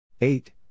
Eight